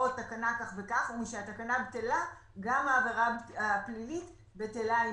לזכור שכשהתקנה בטלה גם העבירה הפלילית בטלה.